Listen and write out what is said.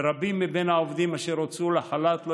ורבים מן העובדים אשר יצאו לחל"ת לא